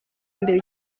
mbere